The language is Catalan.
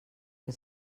que